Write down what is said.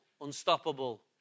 unstoppable